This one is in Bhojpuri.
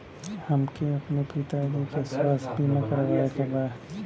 हमके अपने पिता जी के स्वास्थ्य बीमा करवावे के बा?